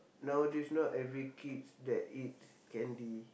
nowadays not every kids that eats candy